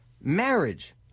marriage